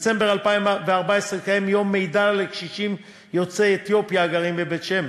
בדצמבר 2014 התקיים יום מידע לקשישים יוצאי אתיופיה הגרים בבית-שמש,